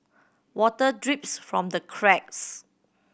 water drips from the cracks